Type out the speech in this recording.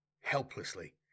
helplessly